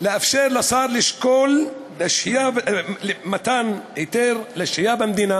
לאפשר לשר לשקול מתן היתר לשהייה במדינה